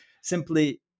simply